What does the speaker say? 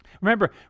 Remember